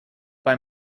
bei